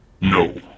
No